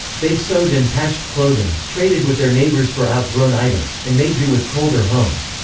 they sewed and patched clothing, traded with their neighbors for outgrown items, and made do with colder homes.